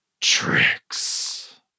tricks